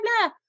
blah